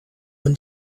when